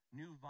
new